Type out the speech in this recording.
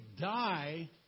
die